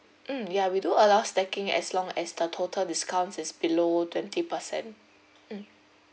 mm ya we do allow stacking as long as the total discount is below twenty percent mm